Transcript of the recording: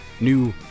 new